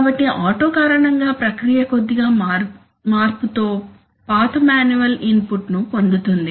కాబట్టి ఆటో కారణంగా ప్రక్రియ కొద్దిగా మార్పుతో పాత మాన్యువల్ ఇన్పుట్ ను పొందుతుంది